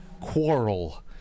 quarrel